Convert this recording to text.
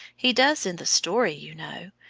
he does in the story, you know.